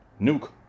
Nuke